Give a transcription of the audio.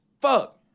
fuck